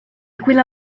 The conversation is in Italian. quella